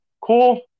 Cool